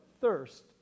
thirst